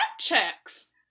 checks